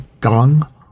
gong